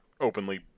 openly